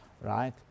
right